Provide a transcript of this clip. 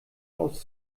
aus